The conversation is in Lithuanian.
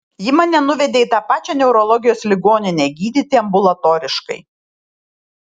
ji mane nuvedė į tą pačią neurologijos ligoninę gydyti ambulatoriškai